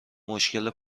مشکل